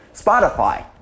Spotify